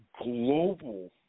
global